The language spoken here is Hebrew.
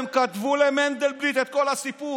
הם כתבו למנדלבליט את כל הסיפור,